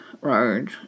road